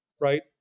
right